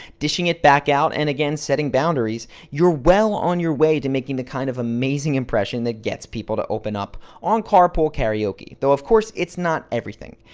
dishing it back out and, again, setting boundaries you're well on your way to making the kind of amazing impression that gets people to open up on carpool karaoke though of course it's not everything.